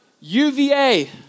UVA